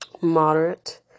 Moderate